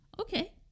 okay